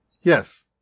Yes